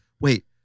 wait